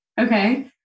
okay